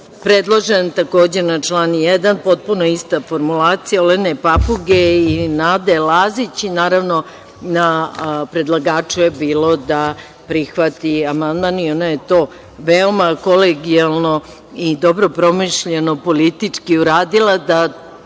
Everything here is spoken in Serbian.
predložen takođe na član 1, potpuno ista formulacija Olene Papuge i Nade Lazić i naravno, na predlagaču je bilo da prihvati amandman i ona je to veoma kolegijalno i dobro promišljeno politički uradila da